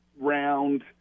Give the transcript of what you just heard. round